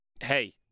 Hey